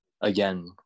again